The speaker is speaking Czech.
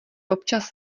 občas